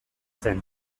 zen